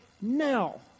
Now